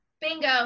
bingo